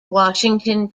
washington